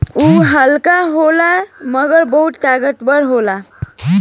उ हल्का होखेला मगर बहुत ताकतवर होखेला